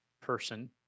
person